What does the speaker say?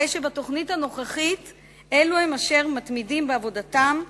הרי שבתוכנית הנוכחית אלו אשר מתמידים בעבודתם זכאים,